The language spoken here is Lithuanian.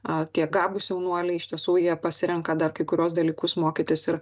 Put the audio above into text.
a tie gabūs jaunuoliai iš tiesų jie pasirenka dar kai kuriuos dalykus mokytis ir